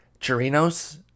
Chirinos